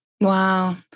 Wow